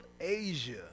Asia